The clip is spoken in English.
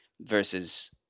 versus